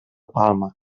palma